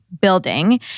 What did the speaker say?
building